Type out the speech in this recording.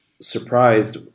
surprised